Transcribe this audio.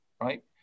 right